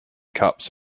cups